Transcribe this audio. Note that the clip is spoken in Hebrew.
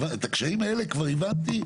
את הקשיים האלה כבר הבנתי.